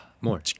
More